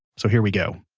so here we go